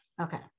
Okay